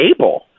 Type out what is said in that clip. able